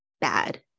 bad